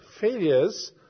failures